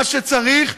מה שצריך,